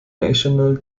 nacional